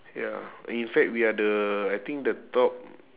ya in fact we are the I think the top